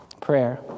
Prayer